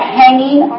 hanging